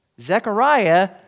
Zechariah